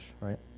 right